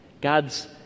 God's